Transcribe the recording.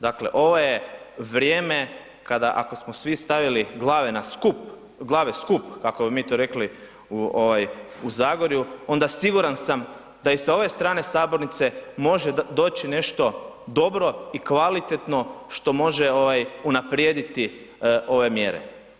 Dakle, ovo je vrijeme kada ako smo svi stavili glavne na skup, glave skup kako bi mi to rekli u Zagorju, onda siguran sam da i s ove strane sabornice može doći nešto dobro i kvalitetno što može unaprijediti ove mjere.